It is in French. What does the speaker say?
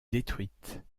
détruites